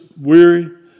weary